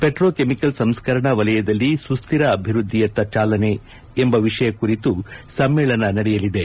petrochemical ಸಂಸ್ಕರಣಾ ವಲಯದಲ್ಲಿ ಸುಸ್ದಿರ ಅಭಿವೃದ್ದಿಯತ್ತ ಚಾಲನೆ ಎಂಬ ವಿಷಯ ಕುರಿತು ಸಮ್ಮೇಳನ ನಡೆಯಲಿದೆ